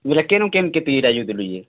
ବୋଲେ କେନୁ କେତେ ଏଇଟା ଦେଲୁ ଯେ